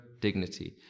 dignity